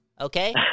Okay